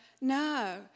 No